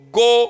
go